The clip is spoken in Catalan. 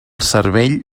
cervell